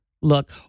look